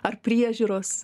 ar priežiūros